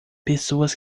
pessoas